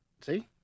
See